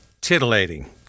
Titillating